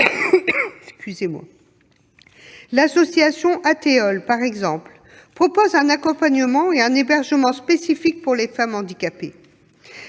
L'association Athéol, par exemple, prévoit un accompagnement et un hébergement spécifique pour les femmes handicapées.